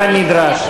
כנדרש.